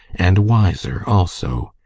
and wiser also.